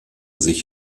sich